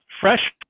fresh